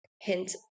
hint